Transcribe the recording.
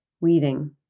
Weeding